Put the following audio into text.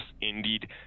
Indeed